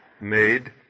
made